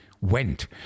went